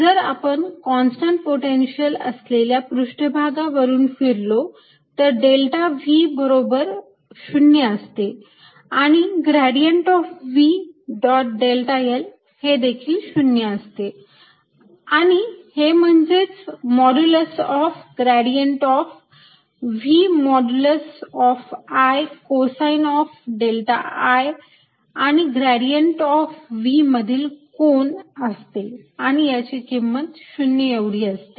जर आपण constant potential असलेल्या पृष्ठभागावरून फिरलो तर डेल्टा V बरोबर 0 असते आणि gradient of V dot delta l हे देखील 0 असते आणि हे म्हणजेच modulus of gradient of V modulus of l cosine of delta l आणि ग्रेडियंट ऑफ V मधील कोन असते आणि याची किंमत 0 एवढी होते